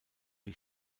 die